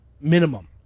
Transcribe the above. minimum